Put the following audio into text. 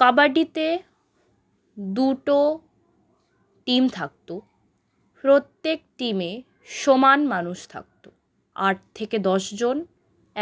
কাবাডিতে দুটো টিম থাকতো প্রত্যেক টিমে সমান মানুষ থাকতো আট থেকে দশজন